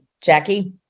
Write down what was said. jackie